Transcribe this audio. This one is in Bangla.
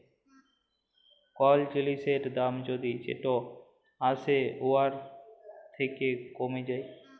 কল জিলিসের দাম যদি যেট আসে উয়ার থ্যাকে কমে যায়